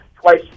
Twice